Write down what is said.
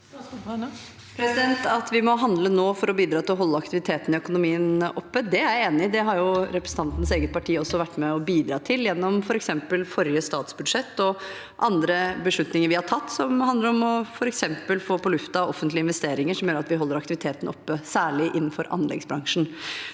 At vi må handle nå for å bidra til å holde aktiviteten i økonomien oppe, er jeg enig i, det har jo representanten Øvstegårds eget parti også vært med på å bidra til gjennom forrige statsbudsjett og andre beslutninger vi har tatt, som handler om f.eks. å få på luften offentlige investeringer som gjør at vi holder aktiviteten oppe, særlig innenfor anleggsbransjen.